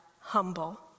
humble